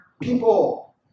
people